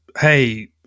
hey